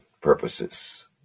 purposes